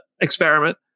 experiment